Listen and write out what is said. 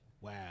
Wow